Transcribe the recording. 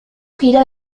gira